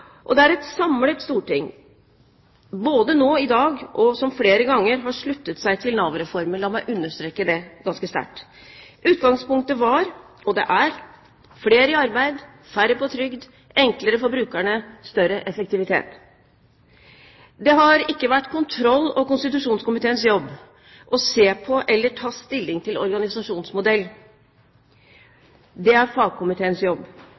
Det er et samlet storting – både nå i dag og flere ganger tidligere – som har sluttet seg til Nav-reformen. La meg understreke det ganske sterkt. Utgangspunktet var – og er – flere i arbeid, færre på trygd, enklere for brukerne og større effektivitet. Det har ikke vært kontroll- og konstitusjonskomiteens jobb å se på eller ta stilling til organisasjonsmodell. Det er fagkomiteens jobb.